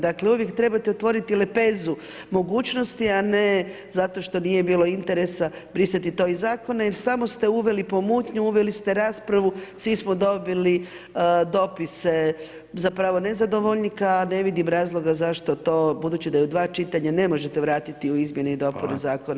Dakle, uvijek trebate otvoriti lepezu mogućnosti, a ne zato što nije bilo interesa brisati to iz Zakona jer samo ste uveli pomutnju, uveli ste raspravu, svi smo dobili dopise zapravo nezadovoljnika, ne vidim razloga zašto to budući da je u dva čitanja, ne možete vratiti u izmjene i dopune Zakona o zaštiti okoliša.